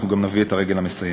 ואנחנו גם נביא את הרגל המסיימת.